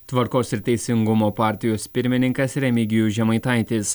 tvarkos ir teisingumo partijos pirmininkas remigijus žemaitaitis